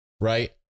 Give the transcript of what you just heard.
right